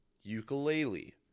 Ukulele